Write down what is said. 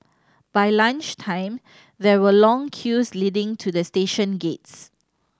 by lunch time there were long queues leading to the station gates